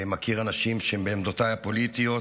מכיר אנשים שהם בעמדותיי הפוליטיות,